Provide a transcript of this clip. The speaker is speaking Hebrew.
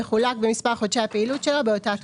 מחולק במספר חודשי הפעילות שלו באותה תקופה,